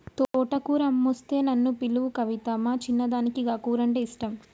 తోటకూర అమ్మొస్తే నన్ను పిలువు కవితా, మా చిన్నదానికి గా కూరంటే ఇష్టం